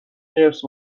خرس